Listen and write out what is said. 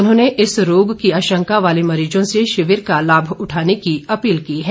उन्होंने इस रोग की आशंका वाले मरीजों से शिविर का लाभ उठाने की अपील की है